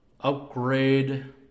upgrade